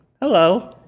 Hello